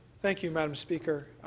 thank you, madam speaker.